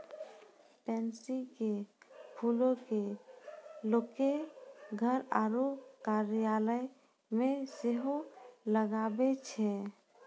pansy के फूलो के लोगें घर आरु कार्यालय मे सेहो लगाबै छै